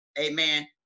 Amen